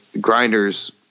Grinders